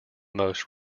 most